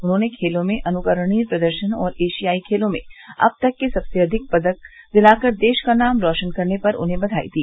उन्होंने खेलों में अनुकरणीय प्रदर्शन और एशियाई खेलों में अब तक के सबसे अधिक पदक दिलाकर देश का नाम रोशन करने पर उन्हें बधाई दी